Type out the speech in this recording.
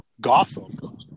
Gotham